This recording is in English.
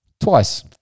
twice